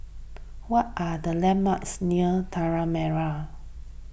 what are the landmarks near Tanah Merah